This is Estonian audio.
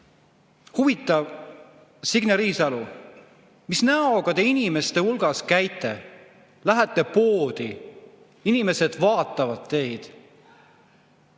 Huvitav, Signe Riisalo, mis näoga te inimeste hulgas käite? Lähete poodi, inimesed vaatavad teid: